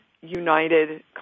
united